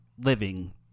living